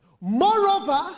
moreover